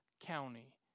county